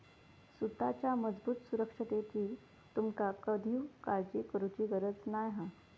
सुताच्या मजबूत सुरक्षिततेची तुमका कधीव काळजी करुची गरज नाय हा